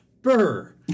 Burr